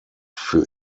für